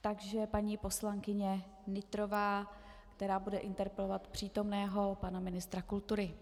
Takže paní poslankyně Nytrová, která bude interpelovat přítomného pana ministra kultury.